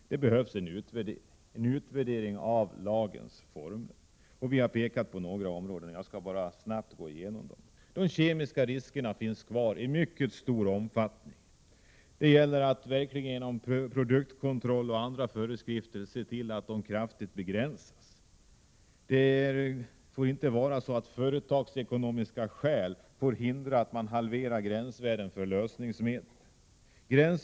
Det behövs en utvärdering av lagens former. Vi har pekat på några områden, som jag snabbt skall gå igenom. De kemiska riskerna finns kvar i mycket stor utsträckning. Det gäller att genom produktkontroll och andra föreskrifter verkligen se till att de kraftigt begränsas. Företagsekonomiska skäl får exempelvis inte medföra att man halverar gränsvärden för lösningsmedel.